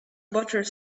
buttered